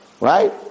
Right